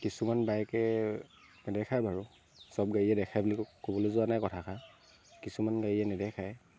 কিছুমান বাইকে নেদেখায় বাৰু চব গাড়ীয়ে দেখায় বুলি ক'বলৈ যোৱা নাই কথাষাৰ কিছুমান গাড়ীয়ে নেদেখায়